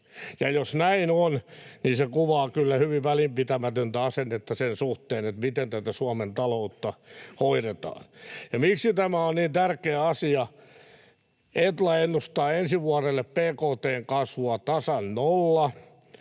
Ja jos näin on, niin se kuvaa kyllä hyvin välinpitämätöntä asennetta sen suhteen, miten tätä Suomen taloutta hoidetaan. Ja miksi tämä on niin tärkeä asia? Etla ennustaa ensi vuodelle bkt:n kasvua tasan nolla,